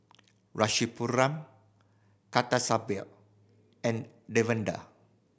Rasipuram Kasturba and Davinder